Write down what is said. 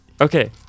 Okay